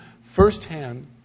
firsthand